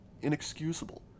inexcusable